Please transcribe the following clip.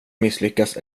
misslyckas